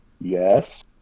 yes